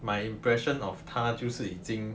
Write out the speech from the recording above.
my impression of 他就是已经